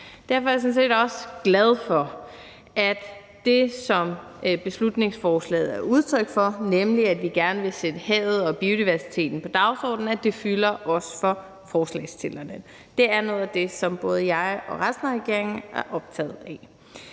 Derfor er jeg sådan set også glad for, at det, som beslutningsforslaget er udtryk for, nemlig at vi gerne vil sætte havet og biodiversiteten på dagsordenen, også fylder for forslagsstillerne. Det er noget af det, som både jeg og resten af regeringen er optaget af.